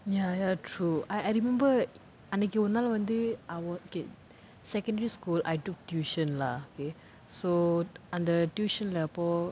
ya ya true I I remembered அன்னைக்கு ஒரு நாள் வந்து:annaikku oru naal vanthu okay secondary school I took tuition lah okay so அந்த:antha tuition lah அப்போ:appo